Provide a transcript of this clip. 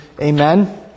Amen